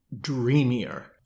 dreamier